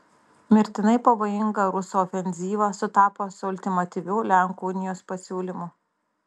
mirtinai pavojinga rusų ofenzyva sutapo su ultimatyviu lenkų unijos pasiūlymu